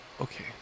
okay